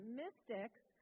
mystics